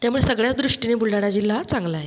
त्यामुळे सगळ्या दृष्टीने बुलढाणा जिल्हा हा चांगला आहे